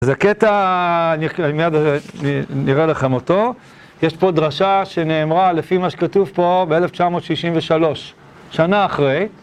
אז הקטע, אני אראה לכם אותו, יש פה דרשה שנאמרה לפי מה שכתוב פה ב-1963, שנה אחרי.